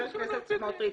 חבר הכנסת סמוטריץ',